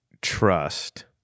trust